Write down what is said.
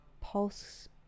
pulse